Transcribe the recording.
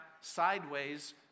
sideways